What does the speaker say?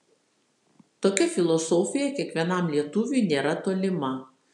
tokia filosofija kiekvienam lietuviui nėra tolima